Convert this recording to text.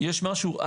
יש משהו,